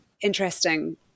interesting